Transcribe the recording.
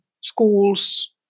schools